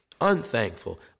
unthankful